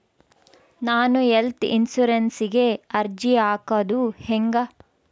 ನಾನು ಹೆಲ್ತ್ ಇನ್ಸುರೆನ್ಸಿಗೆ ಅರ್ಜಿ ಹಾಕದು ಹೆಂಗ?